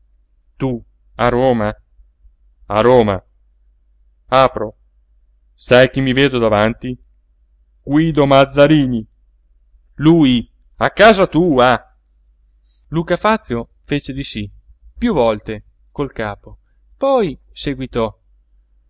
a roma a roma apro sai chi mi vedo davanti guido mazzarini lui a casa tua luca fazio fece di sí piú volte col capo poi seguitò